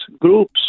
groups